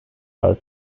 are